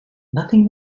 nothing